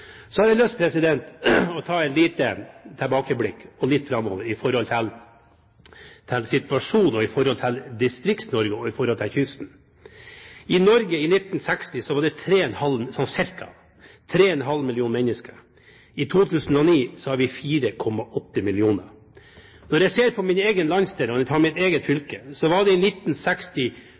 Så har jeg lyst til å ta et lite tilbakeblikk og så se litt framover på situasjonen i Distrikts-Norge og på kysten. I Norge var det ca. 3,5 millioner mennesker i 1960. I 2009 var vi 4,8 millioner mennesker. I mitt eget fylke Nordland var det i 1960